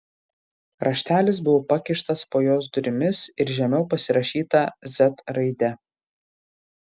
raštelis buvo pakištas po jos durimis ir žemiau pasirašyta z raide